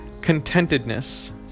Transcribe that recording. contentedness